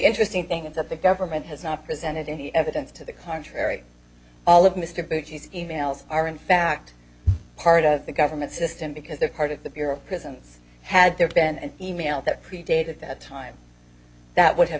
interesting thing is that the government has not presented any evidence to the contrary all of mr verges e mails are in fact part of the government system because they're part of the bureau of prisons had there been an e mail that predated that time that would have